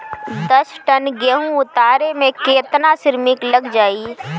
दस टन गेहूं उतारे में केतना श्रमिक लग जाई?